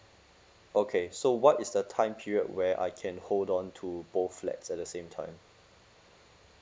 okay so what is the time period where I can hold on to both flats at the same time